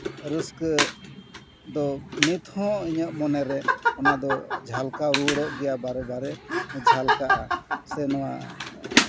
ᱨᱟᱹᱥᱠᱟᱹ ᱫᱚ ᱱᱤᱛ ᱦᱚᱸ ᱤᱧᱟᱹᱜ ᱢᱚᱱᱮᱨᱮ ᱚᱱᱟ ᱫᱚ ᱡᱷᱟᱞᱠᱟᱣ ᱨᱩᱣᱟᱹᱲᱚᱜ ᱜᱮᱭᱟ ᱵᱟᱨᱮ ᱵᱟᱨᱮ ᱡᱷᱟᱞᱠᱟᱜᱼᱟ ᱥᱮ ᱱᱚᱣᱟ